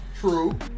True